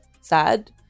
sad